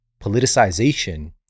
politicization